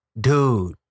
dude